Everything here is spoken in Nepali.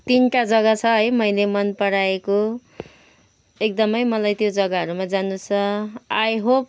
तिनवटा जग्गा छ है मैले मनपराएको एकदमै मलाई त्यो जग्गाहरूमा जानु छ आइ होप